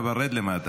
אבל רד למטה.